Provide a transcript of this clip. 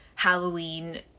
halloween